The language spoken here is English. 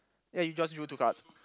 ya he draws you two cards